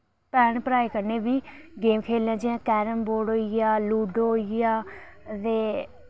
भैन भ्राएं कन्नै बी गेम खेलने जि'यां कैरम बोर्ड होइया लूडो होइया ते